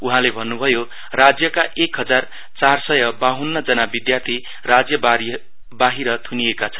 उहाँले भन्न भयो राज्यका एक हजार चारसय बाह्नन जना विद्यार्थी राज्य बाहिर थुनिएका छन्